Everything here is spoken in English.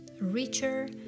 richer